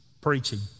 preaching